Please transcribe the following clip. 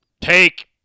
take